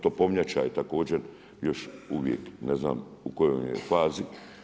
Topovnjača je također još uvijek ne znam u kojoj je fazi.